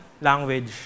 language